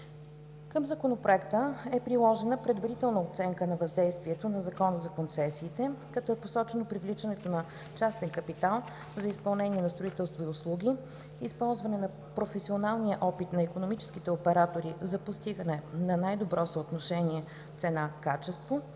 Към Законопроекта е приложена предварителна оценка на въздействието на Закона за концесиите, като е посочено привличането на частен капитал за изпълнение на строителство и услуги, използване на професионалния опит на икономическите оператори за постигане на най-добро съотношение цена-качество,